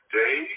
day